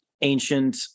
ancient